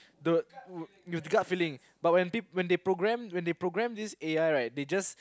the w~ the gut feeling but when when they program when they program this A_I right they just